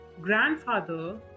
grandfather